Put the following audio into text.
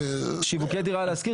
שיווקי "דירה להשכיר"?